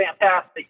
fantastic